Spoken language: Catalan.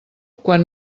quan